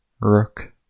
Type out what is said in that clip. Rook